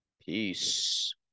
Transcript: Peace